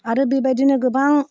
आरो बेबादिनो गोबां